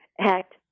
act